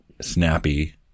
snappy